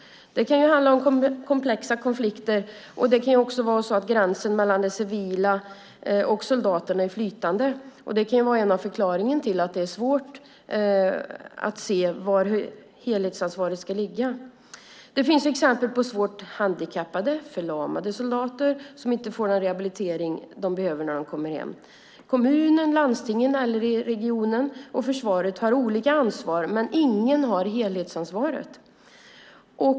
Det kan handla om komplexa konflikter, och det kan också vara så att gränsen mellan det civila och soldaterna är flytande. Det kan vara en av förklaringarna till att det är svårt att se var helhetsansvaret ska ligga. Det finns exempel på svårt handikappade och förlamade soldater som inte får den rehabilitering som de behöver när de kommer hem. Kommunerna, landstingen, regionerna och försvaret har olika ansvar, men ingen har helhetsansvaret.